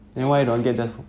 technically yes